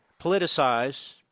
politicize